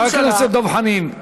חבר הכנסת דב חנין,